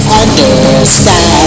understand